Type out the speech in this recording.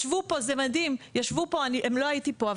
לא הייתי פה,